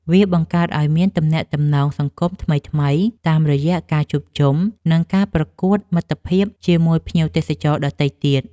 វាបង្កើតឱ្យមាន ទំនាក់ទំនងសង្គមថ្មីៗតាមរយៈការជួបជុំ និងការប្រកួតមិត្តភាពជាមួយភ្ញៀវទេសចរដទៃទៀត។